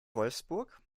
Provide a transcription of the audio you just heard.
wolfsburg